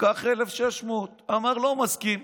קח 1,600. אמר: לא מסכים.